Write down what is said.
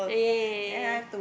yeah yeah yeah yeah yeah yeah yeah